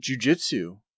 jujitsu